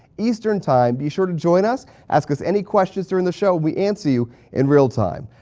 eastern time. be sure to join us. ask us any questions during the show. we answer you in real time.